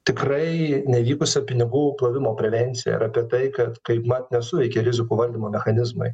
tikrai nevykusią pinigų plovimo prevenciją ir apie tai kad kaipmat nesuveikė rizikų valdymo mechanizmai